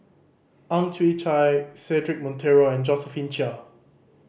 Ang Chwee Chai Cedric Monteiro and Josephine Chia